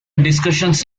discussions